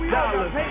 dollars